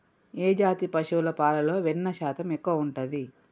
ఏ జాతి పశువుల పాలలో వెన్నె శాతం ఎక్కువ ఉంటది?